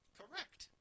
correct